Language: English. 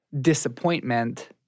disappointment